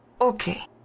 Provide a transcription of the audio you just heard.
Okay